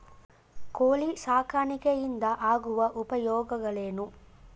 ಕೋಳಿ ಸಾಕಾಣಿಕೆಯಿಂದ ಆಗುವ ಉಪಯೋಗಗಳೇನು?